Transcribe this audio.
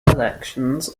elections